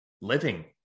living